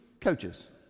coaches